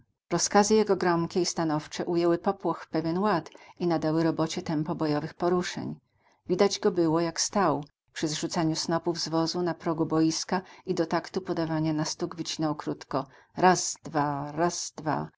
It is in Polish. rozkazy jego gromkie i stanowcze ujęły popłoch w pewien ład i nadały robocie tempo bojowych poruszeń widać go było jak stał przy zrzucaniu snopów z wozu na progu boiska i do taktu podawania na stóg wycinał krótko raz dwa